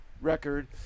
record